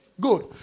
Good